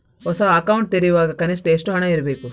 ಹೊಸ ಅಕೌಂಟ್ ತೆರೆಯುವಾಗ ಕನಿಷ್ಠ ಎಷ್ಟು ಹಣ ಇಡಬೇಕು?